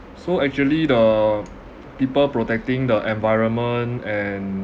so actually the people protecting the environment and